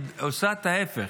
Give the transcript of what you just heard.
עושָׂה את ההפך,